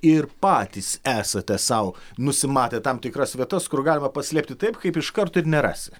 ir patys esate sau nusimatę tam tikras vietas kur galima paslėpti taip kaip iš karto ir nerasi